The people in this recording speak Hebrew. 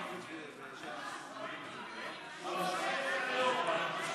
סוף סדר-היום.